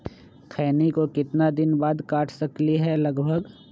खैनी को कितना दिन बाद काट सकलिये है लगभग?